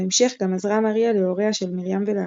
בהמשך גם עזרה מריה להוריה של מרים ולאחותה.